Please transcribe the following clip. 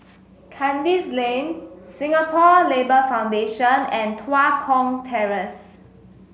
Kandis Lane Singapore Labour Foundation and Tua Kong Terrace